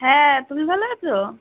হ্যাঁ তুমি ভালো আছো